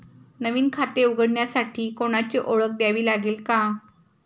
नवीन खाते उघडण्यासाठी कोणाची ओळख द्यावी लागेल का?